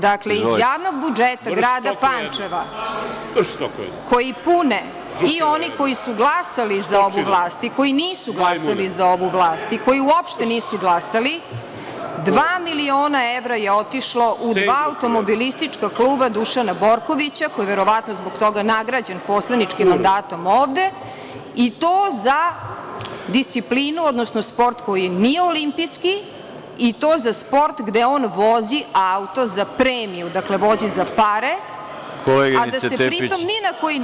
Dakle, iz javnog budžeta grada Pančeva koji pune i oni koji su glasali za ovu vlast i koji nisu glasali za ovu vlast i koji uopšte nisu glasali, dva miliona evra je otišlo u dva automobilistička kluba Dušana Borkovića, koji je verovatno zbog toga nagrađen poslaničkim mandatom ovde i to za disciplinu, odnosno sport koji nije olimpijski i to za sport gde on vozi auto za premiju, dakle, vozi za pare, a da se pri tom ni na koji način…